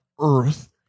earth